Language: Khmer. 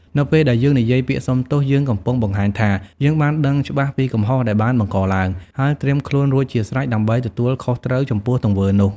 នៅពេលដែលយើងនិយាយពាក្យសុំទោស យើងកំពុងបង្ហាញថា យើងបានដឹងច្បាស់ពីកំហុសដែលបានបង្កឡើង ហើយត្រៀមខ្លួនរួចជាស្រេចដើម្បីទទួលខុសត្រូវចំពោះទង្វើនោះ។